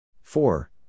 Four